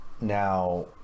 now